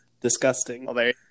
Disgusting